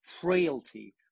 frailty